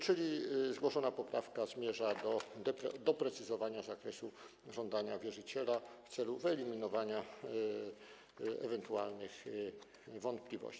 Czyli zgłoszona poprawka zmierza do doprecyzowania zakresu żądania wierzyciela w celu wyeliminowania ewentualnych wątpliwości.